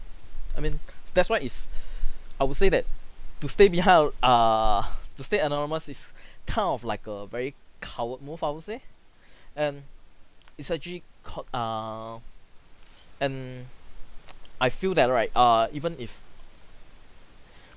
I mean that's why it's I would say that to stay behind a err to stay anonymous is kind of like a very coward move I would say and it's actually called err and I feel that right err even if